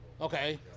Okay